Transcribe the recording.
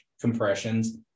compressions